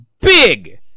big